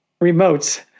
remotes